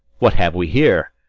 what have we here?